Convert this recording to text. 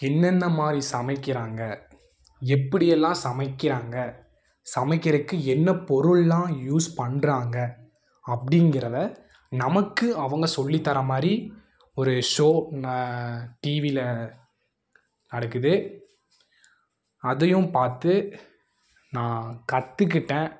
என்னென்ன மாதிரி சமைக்கிறாங்க எப்படியெல்லாம் சமைக்கிறாங்க சமைக்கிறதுக்கு என்ன பொருள்லாம் யூஸ் பண்ணுறாங்க அப்படிங்கிறத நமக்கு அவங்க சொல்லி தர மாதிரி ஒரு ஷோ நான் டிவியில நடக்குது அதையும் பார்த்து நான் கற்றுக்கிட்டேன்